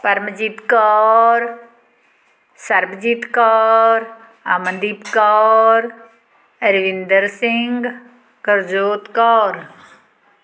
Paramjit Kaur Sarabjit Kaur Amandeep Kaur Arvinder Singh Karjot Kaur